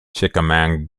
chickamauga